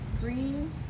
green